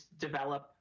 develop